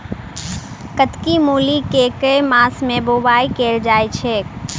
कत्की मूली केँ के मास मे बोवाई कैल जाएँ छैय?